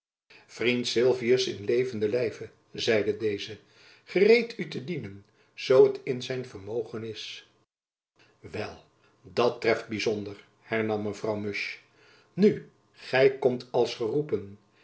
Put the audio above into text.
vriend sylvius in levenden lijve zeide deze gereed u te dienen zoo t in zijn vermogen is wel dat treft byzonder hernam mevrouw musch nu gy komt juist als geroepen